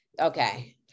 okay